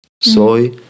Soy